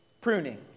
Pruning